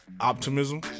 optimism